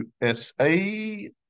USA